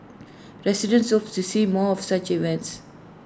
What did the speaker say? residents hope to see more of such events